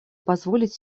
позволить